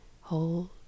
Hold